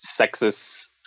sexist